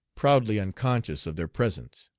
proudly unconscious of their presence.